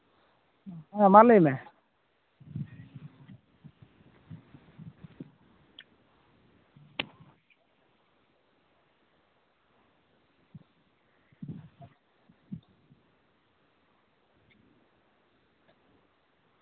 ᱦᱮᱸ ᱢᱟ ᱞᱟᱹᱭ ᱢᱮ